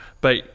But-